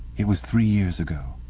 it was three years ago.